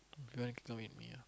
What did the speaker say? you want you can come with me ah